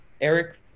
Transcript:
Eric